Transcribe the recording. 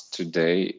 today